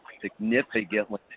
significantly